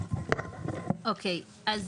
אוקיי, אז